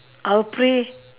I'll pray